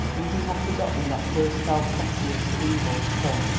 and he had forgotten that first fell prescience of evil to come.